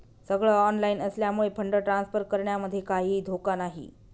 सगळ ऑनलाइन असल्यामुळे fund transfer करण्यामध्ये काहीही धोका नाही